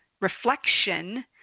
reflection